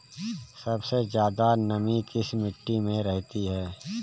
सबसे ज्यादा नमी किस मिट्टी में रहती है?